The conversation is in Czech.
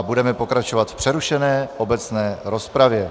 Budeme pokračovat v přerušené obecné rozpravě.